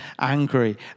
angry